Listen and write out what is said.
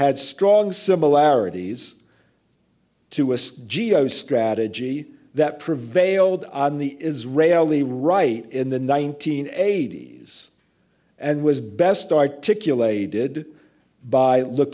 had strong similarities to a geo strategy that prevailed on the israeli right in the nineteen eighties and was best articulated by look